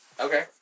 Okay